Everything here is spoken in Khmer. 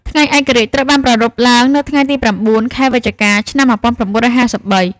ថ្ងៃឯករាជ្យត្រូវបានប្រារព្ធឡើងនៅថ្ងៃទី៩ ខែវិច្ឆិកា ឆ្នាំ១៩៥៣។